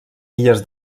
illes